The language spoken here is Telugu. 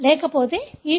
లేకపోతే E